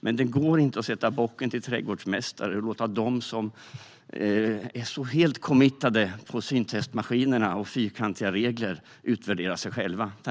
Men det går inte att sätta bocken som trädgårdsmästare och att låta dem som helt har fastnat för syntestmaskiner och fyrkantiga regler utvärdera sig själva.